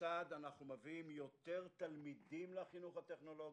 כיצד אנחנו מביאים יותר תלמידים לחינוך הטכנולוגי,